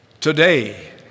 today